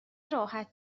راحت